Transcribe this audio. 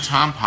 Tom